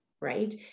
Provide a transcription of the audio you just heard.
right